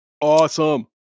awesome